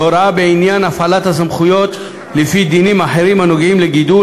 והוראה בעניין הפעלת סמכויות לפי דינים אחרים הנוגעים בגידול,